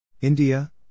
India